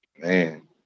Man